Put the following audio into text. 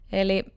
eli